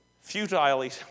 futilely